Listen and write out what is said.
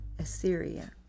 Assyria